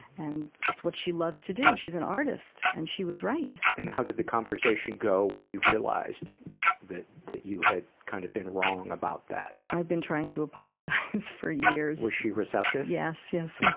and it's what she loves to do. and she's an artist. and she was right. and how did the conversation go when you realized that, that you had kind of been wrong about that? i've been trying to apologize for years. was she receptive? yes, yes,